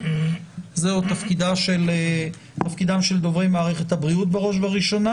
זה תפקיד דוברי מערכת הבריאות בראש וראשונה